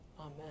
amen